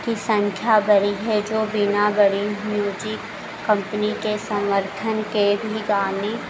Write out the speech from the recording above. की संख्या बढ़ी है जो बिना बढ़े ही म्यूज़िक कंपनी के समर्थन के भी गाने